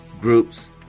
groups